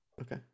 Okay